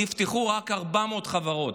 נפתחו רק 400 חברות.